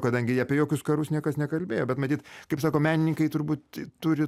kadangi jie apie jokius karus niekas nekalbėjo bet matyt kaip sako menininkai turbūt turi